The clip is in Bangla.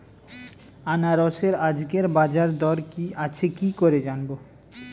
আনারসের আজকের বাজার দর কি আছে কি করে জানবো?